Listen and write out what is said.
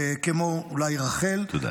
כמו אולי רח"ל -- תודה.